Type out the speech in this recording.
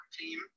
team